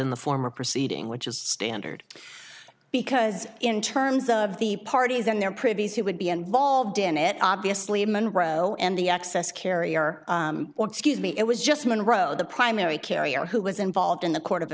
in the form of proceeding which is standard because in terms of the parties in their previous who would be involved in it obviously in monroe and the access carrier or excuse me it was just monroe the primary carrier who was involved in the court of